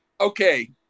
okay